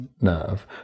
nerve